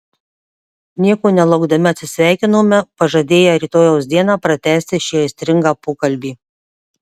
nieko nelaukdami atsisveikinome pažadėję rytojaus dieną pratęsti šį aistringą pokalbį